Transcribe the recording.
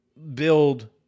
Build